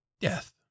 Death